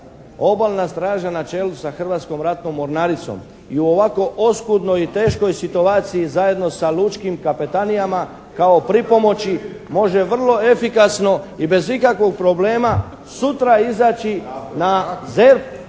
Obalna straža na čelu sa Hrvatskom ratnom mornaricom i u ovako oskudnoj i teškoj situaciji zajedno sa lučkim kapetanijama kao pripomoći može vrlo efikasno i bez ikakvog problema sutra izaći na ZERP,